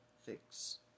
fix